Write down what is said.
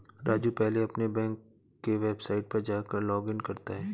राजू पहले अपने बैंक के वेबसाइट पर जाकर लॉगइन करता है